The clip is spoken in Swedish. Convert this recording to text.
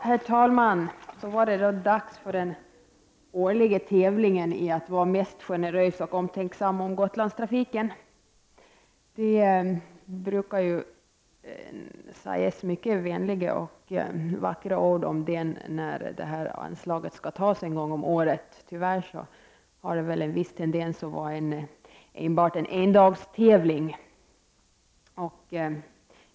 Herr talman! Så var det dags för den årliga tävlingen i att vara mest generös och omtänksam när det gäller Gotlandstrafiken. Det brukar sägas så många vänliga och vackra ord om den när anslaget skall beslutas en gång om året. Tyvärr har detta en viss tendens att vara enbart en endagstävling.